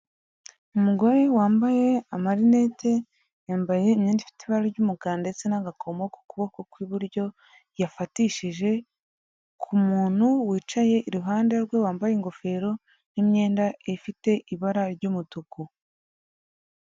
Umugore wambaye amarinete yambaye imyenda ifite ibara ry'umukara ndetse n'agakomo ku kuboko kw'iburyo, yafatishije ku muntu wicaye iruhande rwe wambaye ingofero n'imyenda ifite ibara ry'umutuku.